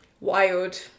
wild